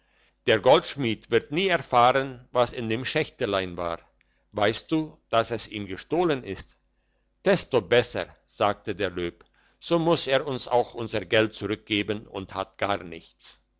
der goldschmied wird nie erfahren was in dem schächtelein war weisst du dass es ihm gestohlen ist desto besser sagte der löb so muss er uns auch unser geld zurückgeben und hat gar nichts